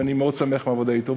ואני מאוד שמח מהעבודה אתו.